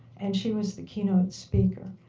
and she was the keynote speaker.